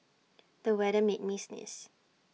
the weather made me sneeze